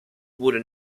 wurde